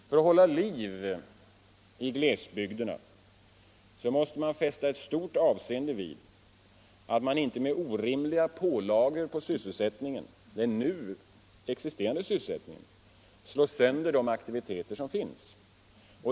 För att hålla liv i glesbygderna måste man fästa stort avseende vid att inte med orimliga pålagor på den nu existerande sysselsättningen slå sönder de aktiviteter som finns.